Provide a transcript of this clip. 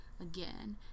again